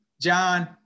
John